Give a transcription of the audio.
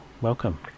Welcome